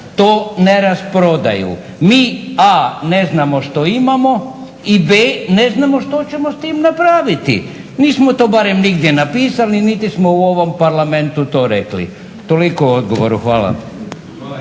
to ne rasprodaju. Mi, a) ne znamo što imamo i b) ne znamo što ćemo s tim napraviti. Nismo to barem negdje napisali, niti smo u ovom Parlamentu to rekli. Toliko o odgovoru. Hvala.